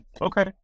Okay